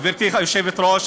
גברתי היושבת-ראש,